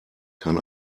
kann